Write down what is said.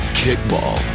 kickball